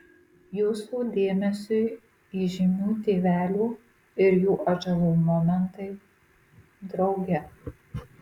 jūsų dėmesiui įžymių tėvelių ir jų atžalų momentai drauge